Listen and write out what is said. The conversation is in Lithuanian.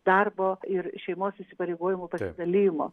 darbo ir šeimos įsipareigojimų pasidalijimo